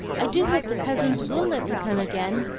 i do hope the cousins will let me come again!